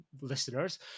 listeners